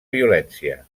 violència